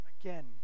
again